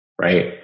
right